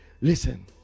Listen